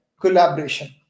Collaboration